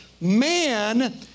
man